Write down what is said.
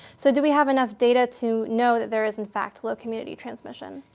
so do we have enough data to know that there is in fact low community transmission?